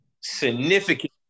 significant